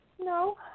no